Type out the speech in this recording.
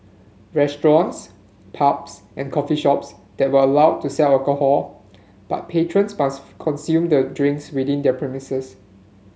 restaurants pubs and coffee shops that were allowed to sell alcohol but patrons must consume the drinks within their premises